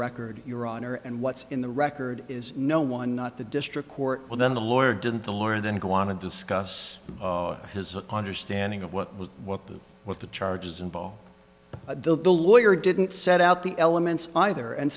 record your honor and what's in the record is no one not the district court and then the lawyer didn't the lawyer then go on and discuss his ponder standing of what was what the what the charges and all the lawyer didn't set out the elements either and